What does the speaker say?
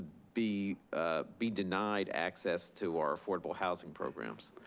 be be denied access to our affordable housing programs?